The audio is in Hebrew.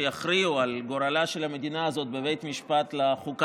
שיכריעו על גורלה של המדינה הזאת בבית משפט לחוקה,